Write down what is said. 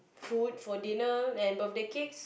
food for dinner and birthday cakes